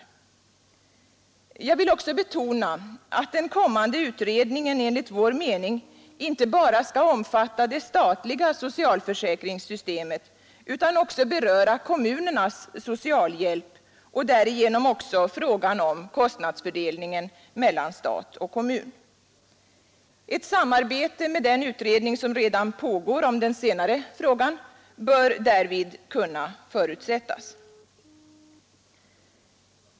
Jag vill också betona att den kommande utredningen enligt vår mening inte bara skall omfatta det statliga socialförsäkringssystemet utan även beröra kommunernas socialhjälp och därigenom också frågan om kostnadsfördelningen mellan stat och kommun. Ett samarbete med den utredning som redan pågår om den senare frågan bör därvid kunna förutsättas.